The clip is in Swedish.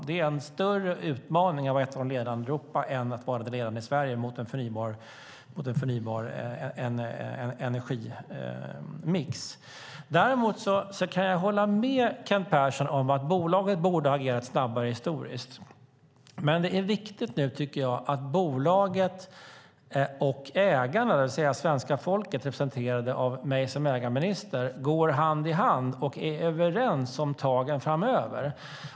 Det är en större utmaning att vara ett av de ledande i Europa än att vara det ledande i Sverige i omställningen till en förnyar energimix. Däremot kan jag hålla med Kent Persson om att bolaget borde ha agerat snabbare historiskt. Men det är viktigt nu, tycker jag, att bolaget och ägarna, det vill säga svenska folket representerat av mig som ägarminister, går hand i hand och är överens om tagen framöver.